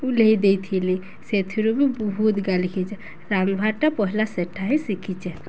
ଉଲ୍ହେଇ ଦେଇଥିଲି ସେଥିରୁ ବି ବହୁତ ଗାଲି ଖାଇଛେ ରାନ୍ଧବାର୍ ଟା ପହିଲା ସେଠା ହିଁ ଶିଖିଛେ